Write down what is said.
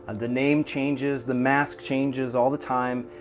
the name changes, the mask changes all the time.